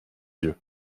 yeux